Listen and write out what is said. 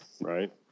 right